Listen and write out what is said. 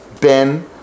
Ben